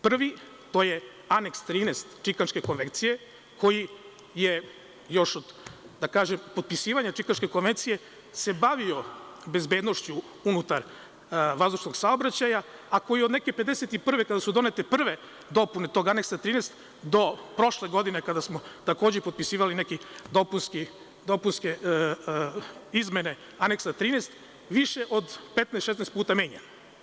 Prvi je aneks 13 Čikaške konvencije, koji se još od potpisivanja Čikaške konvencije bavio bezbednošću unutar vazdušnog saobraćaja, a koji je od neke 1951. godine, kada su donete prve dopune tog aneksa 13, do prošle godine kada smo takođe potpisivali neke dopunske izmene aneksa 13, više od 15 do 16 puta menjan.